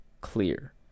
clear